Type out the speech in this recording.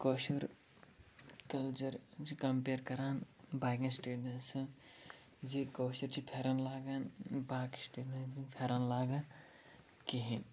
کٲشُر culture چھِ compare کران باقیَن سِٹیٹن سٍتۍ زِ کٲشِر چھِ پھٮ۪رَن لاگان باقٕے چھِنہٕ تتِکۍ پھٮ۪رَن لاگان کِہیٖنٛۍ